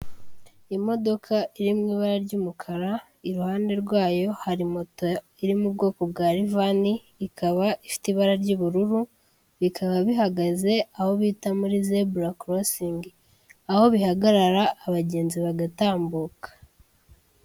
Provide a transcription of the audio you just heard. Imodoka iri mu ibara ry'umukara iruhande rwayo hari moto iri mu bwoko bwa livani ikaba ifite ibara ry'ubururu bikaba bihagaze aho bita muri zebura korosingi aho bihagarara abagenzi bagatambuka.